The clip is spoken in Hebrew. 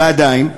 ועדיין,